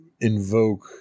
invoke